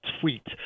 tweet